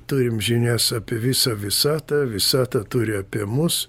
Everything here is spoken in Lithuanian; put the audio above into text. turim žinias apie visą visatą visata turi apie mus